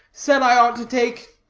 said i ought to take.